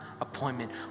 appointment